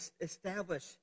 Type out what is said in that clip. establish